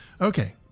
Okay